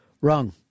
Wrong